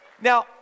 Now